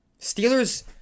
Steelers